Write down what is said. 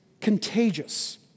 contagious